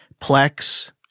Plex